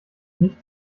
nicht